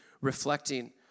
reflecting